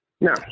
No